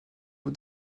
aux